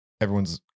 everyone's